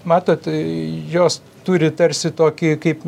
matot jos turi tarsi tokį kaip